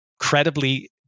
incredibly